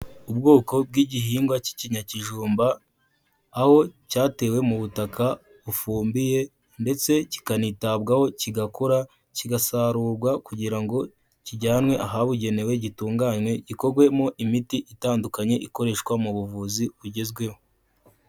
Ubwoko bw'igihingwa cy'ikinyakijumba, aho cyatewe mu butaka bufumbiye ndetse kikanitabwaho kigakura kigasarurwa kugira ngo kijyanwe ahabugenewe gitunganywe gikogrwemo imiti itandukanye ikoreshwa mu buvuzi bugezweho.